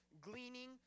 gleaning